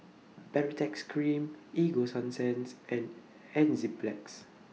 Baritex Cream Ego Sunsense and Enzyplex